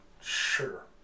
sure